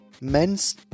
men's